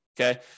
okay